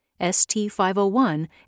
ST501